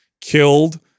killed-